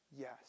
Yes